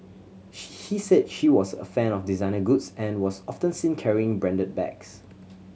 he he said she was a fan of designer goods and was often seen carrying branded bags